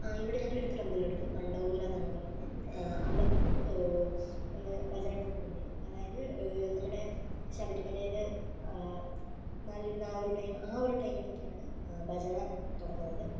ആ ഇവിടെ ഞങ്ങളുടെ അടുത്ത് ഒരു അമ്പലമുണ്ട് മണ്ഡപംമൂല എന്നാണ് പറയുന്നത് അമ്പലത്തിൽ ഭജന ട്രൂപ്പ് ഉണ്ട് അതായത് നമ്മുടെ ശബരിമലയിൽ മാല ഇടുന്ന ആ ഒരു ടൈം ഒരു ടൈമിൽ ഒക്കെയാണ് ഭജന തുടങ്ങുന്നത്